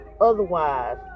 Otherwise